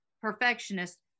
perfectionist